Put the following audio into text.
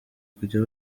kujya